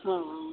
હા